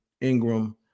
ingram